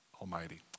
Almighty